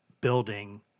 building